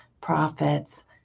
prophets